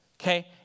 Okay